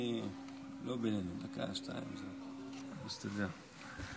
חמש דקות.